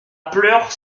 pleure